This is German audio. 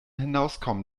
hinauskommen